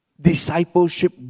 Discipleship